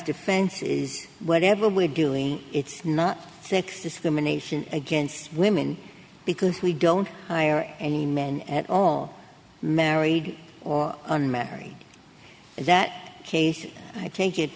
defense is whatever we're doing it's not sex discrimination against women because we don't hire any men at all married or unmarried that case i take it